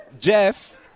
Jeff